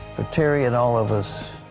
for terry and all of us,